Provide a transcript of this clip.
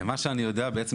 מה שאני יודע בעצם,